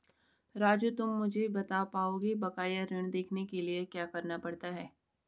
राजू तुम मुझे बता पाओगे बकाया ऋण देखने के लिए क्या करना पड़ता है?